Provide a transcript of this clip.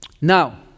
Now